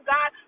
God